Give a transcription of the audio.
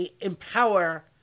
empower